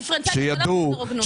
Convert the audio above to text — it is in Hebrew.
דיפרנציאציה היא לא חוסר הוגנות.